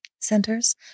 centers